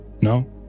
no